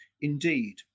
indeed